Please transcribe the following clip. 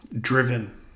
driven